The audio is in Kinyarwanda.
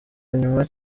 nyuma